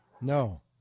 no